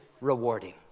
rewarding